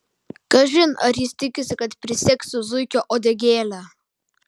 kažin ar jis tikisi kad prisisegsiu zuikio uodegėlę